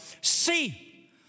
see